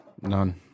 none